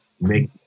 make